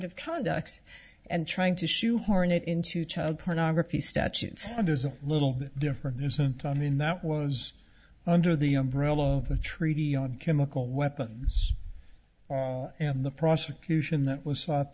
of conduct and trying to shoehorn it into child pornography statutes and is a little bit different isn't i mean that was under the umbrella of the treaty on chemical weapons in the prosecution that was